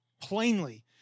plainly